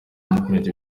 movement